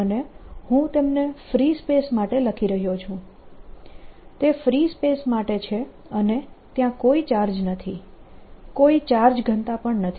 અને હું તેમને ફ્રી સ્પેસ માટે લખી રહ્યો છું તે ફ્રી સ્પેસ માટે છે અને ત્યાં કોઈ ચાર્જ નથી કોઈ ચાર્જ ઘનતા નથી